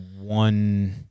one